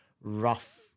rough